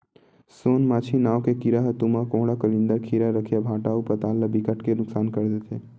सोन मांछी नांव के कीरा ह तुमा, कोहड़ा, कलिंदर, खीरा, रखिया, भांटा अउ पताल ल बिकट के नुकसान कर देथे